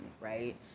right